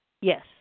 Yes